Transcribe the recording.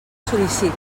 sol·liciti